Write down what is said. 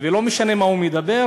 ולא משנה מה הוא מדבר,